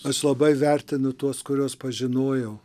aš labai vertinu tuos kuriuos pažinojau